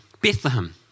Bethlehem